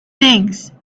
things